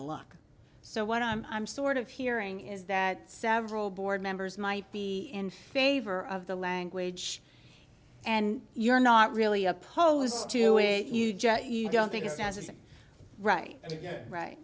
of luck so what i'm i'm sort of hearing is that several board members might be in favor of the language and you're not really opposed to it you jet you don't think it has a right and again right